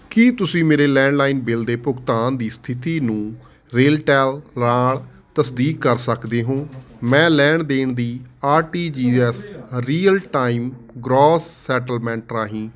ਕੀ ਤੁਸੀਂ ਮੇਰੇ landline bill ਦੇ ਭੁਗਤਾਨ ਦੀ ਸਥਿਤੀ ਨੂੰ ਰੀਲਟੈਲ ਨਾਲ ਤਸਦੀਕ ਕਰ ਸਕਦੇ ਹੋ ਮੈਂ ਲੈਣ ਦੇਣ ਦੀ R T G S real time gross settlement ਰਾਹੀਂ